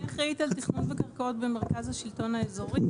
אני אחראית על תכנון וקרקעת במרכז השלטון האזורי,